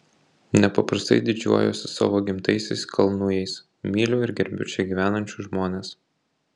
nepaprastai didžiuojuosi savo gimtaisiais kalnujais myliu ir gerbiu čia gyvenančius žmones